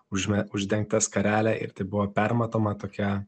užme uždengta skarelė ir tai buvo permatoma tokia